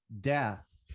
death